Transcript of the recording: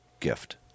Gift